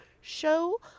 show